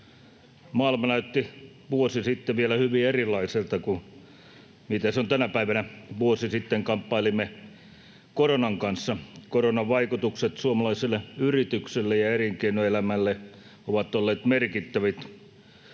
Maailma näytti vuosi sitten vielä hyvin erilaiselta kuin mitä se on tänä päivänä. Vuosi sitten kamppailimme koronan kanssa. Koronan vaikutukset suomalaisille yrityksille ja elinkeinoelämälle ovat olleet merkittävät.